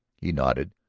he nodded,